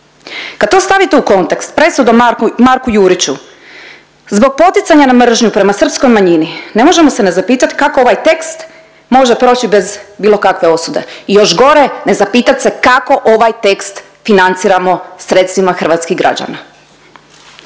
Kad to stavite u kontekst presudom Marku Juriću zbog poticanja na mržnju prema srpskoj manjini ne možemo se ne zapitati kako ovaj tekst može proći bez bilo kakve osude i još gore ne zapitat se kako ovaj tekst financiramo sredstvima hrvatskih građana.